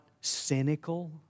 cynical